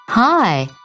Hi